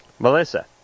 Melissa